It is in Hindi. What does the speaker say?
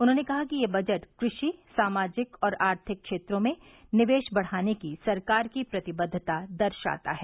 उन्होंने कहा कि यह बजट कृषि सामाजिक और आर्थिक क्षेत्रों में निवेश बढ़ाने की सरकार की प्रतिबद्वता दर्शाता है